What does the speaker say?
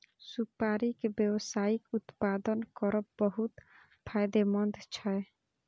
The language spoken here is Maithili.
सुपारी के व्यावसायिक उत्पादन करब बहुत फायदेमंद छै